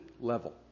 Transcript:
level